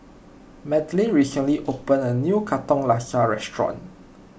Madlyn recently opened a new Katong Laksa restaurant